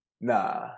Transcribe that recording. Nah